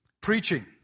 preaching